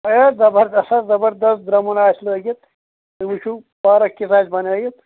A زَبردست حظ زَبردست درٛمُن آسہِ لٲگِتھ تُہۍ وٕچھُو پارَک کِژھ آسہِ بَنٲیِتھ